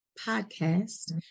podcast